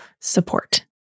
support